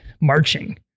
marching